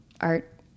art